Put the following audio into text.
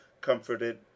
comforted